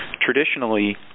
Traditionally